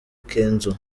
kenzo